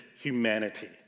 humanity